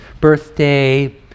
birthday